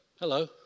Hello